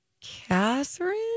Catherine